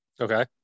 Okay